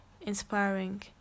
inspiring